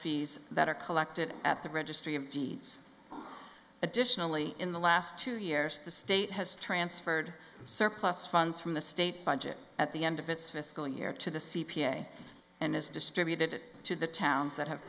fees that are collected at the registry of deeds additionally in the last two years the state has transferred surplus funds from the state budget at the end of its fiscal year to the c p a and is distributed to the towns that have